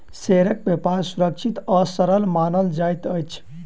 शेयरक व्यापार सुरक्षित आ सरल मानल जाइत अछि